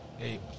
Hey